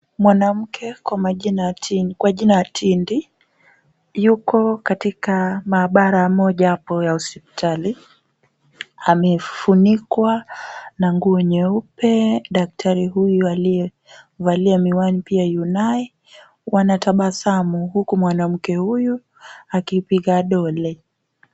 Mwanamke kwa jina Tindi yuko katika maabra moja hapo ya hospitali. Amefunikwa na nguo nyeupe. Daktari huyu aliyevalia miwani pia yu naye. Wanatabasamu huku mwanamke huyu akipiga dole.